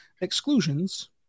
exclusions